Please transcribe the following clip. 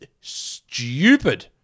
stupid